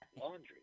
Laundry